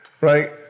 right